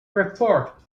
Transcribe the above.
report